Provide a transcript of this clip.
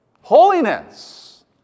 Holiness